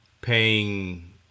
paying